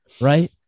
right